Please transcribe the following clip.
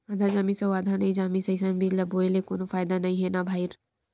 आधा जामिस अउ आधा नइ जामिस अइसन बीजा ल बोए ले कोनो फायदा नइ हे न भईर